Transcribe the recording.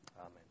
Amen